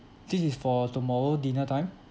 this is for tomorrow dinner time